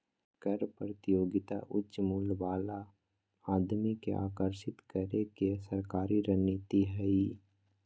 कर प्रतियोगिता उच्च मूल्य वाला आदमी के आकर्षित करे के सरकारी रणनीति हइ